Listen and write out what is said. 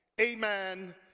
amen